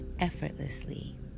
effortlessly